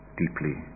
deeply